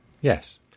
Yes